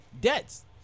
debts